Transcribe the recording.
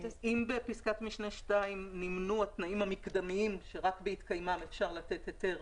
אם בפסקת משנה (2) נמנו התנאים המקדמיים שרק בהתקיימם אפשר לתת היתר